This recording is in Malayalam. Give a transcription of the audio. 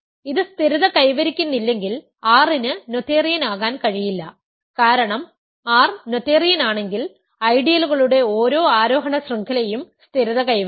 ഇത് സ്ഥിരത കൈവരിക്കുന്നില്ലെങ്കിൽ R ന് നോതേറിയൻ ആകാൻ കഴിയില്ല കാരണം R നോതേറിയൻ ആണെങ്കിൽ ഐഡിയലുകളുടെ ഓരോ ആരോഹണ ശൃംഖലയും സ്ഥിരത കൈവരിക്കണം